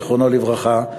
זיכרונו לברכה,